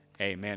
amen